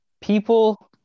People